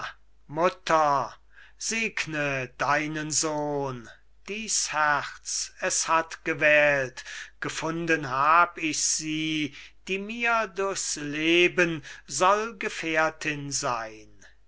mutter segne deinen sohn dies herz es hat gewählt gefunden hab ich sie die mir durchs leben soll gefährtin sein